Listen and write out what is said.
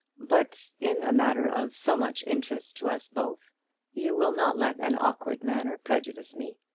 but in a matter of so much interest to us both you will not let an awkward manner prejudice me.